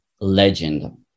Legend